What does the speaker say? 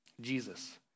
Jesus